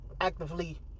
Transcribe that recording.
actively